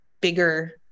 bigger